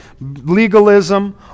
legalism